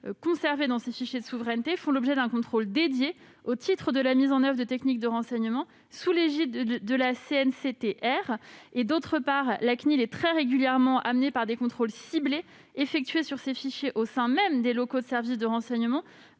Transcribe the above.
conservées dans ces fichiers de souveraineté font l'objet d'un contrôle dédié au titre de la mise en oeuvre de techniques de renseignement, sous l'égide de la CNCTR. La CNIL est très régulièrement amenée, par des contrôles ciblés effectués sur ces fichiers au sein même des locaux des services de renseignement,